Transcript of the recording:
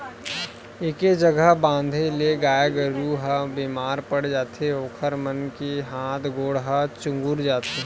एके जघा बंधाए ले गाय गरू ह बेमार पड़ जाथे ओखर मन के हात गोड़ ह चुगुर जाथे